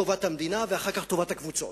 טובת המדינה ואחר כך טובת הקבוצות.